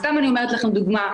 סתם אני נותנת דוגמה,